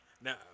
Now